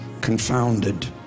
confounded